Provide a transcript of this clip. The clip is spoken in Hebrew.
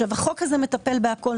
החוק הזה מטפל בכול.